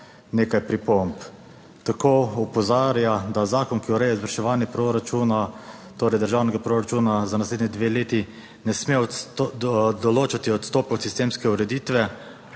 nekaj pripomb. Tako opozarja, da zakon, ki ureja izvrševanje proračuna, torej državnega proračuna za naslednji dve leti, ne sme določati odstopa sistemske ureditve,